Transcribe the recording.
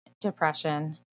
depression